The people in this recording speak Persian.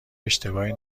اشتباهی